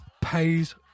pays